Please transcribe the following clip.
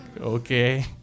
okay